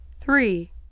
Three